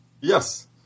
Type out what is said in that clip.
Yes